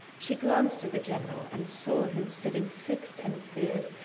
she glanced at the general and saw him sitting fixed and fierce,